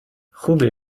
خوبه